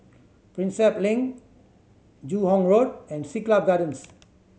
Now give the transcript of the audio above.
Prinsep Link Joo Hong Road and Siglap Gardens